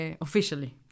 officially